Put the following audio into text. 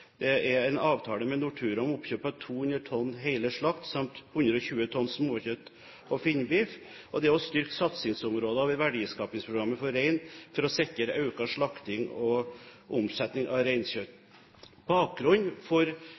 en avtale med Nortura om oppkjøp av 212 hele slakt samt 120 tonn småkjøtt og finnbiff, og å styrke satsingsområder i verdiskapingsprogrammet for rein for å sikre økt slakting og omsetning av reinkjøtt. Bakgrunnen for